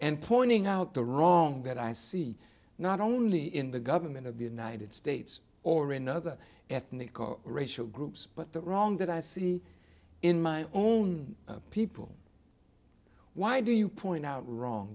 and pointing out the wrong that i see not only in the government of the united states or in other ethnic or racial groups but the wrong that i see in my own people why do you point out wrong